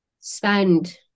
spend